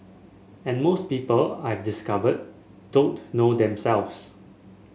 and most people I've discovered don't know themselves